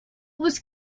was